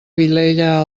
vilella